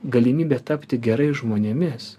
galimybę tapti gerais žmonėmis